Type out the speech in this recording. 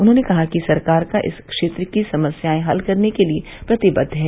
उन्होंने कहा कि सरकार का इस क्षेत्र की समस्याएं हल करने के लिए प्रतिबद्ध है